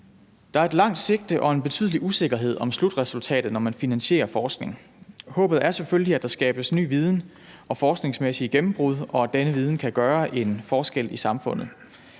Der er et langt sigte og en betydelig usikkerhed om slutresultatet, når man finansierer forskning. Håbet er selvfølgelig, at der skabes ny viden og forskningsmæssige gennembrud, og at denne viden kan gøre en forskel i samfundet.